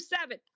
seven